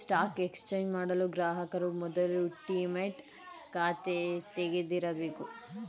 stock exchange ಮಾಡಲು ಗ್ರಾಹಕರು ಮೊದಲು ಡಿಮ್ಯಾಟ್ ಖಾತೆ ತೆಗಿದಿರಬೇಕು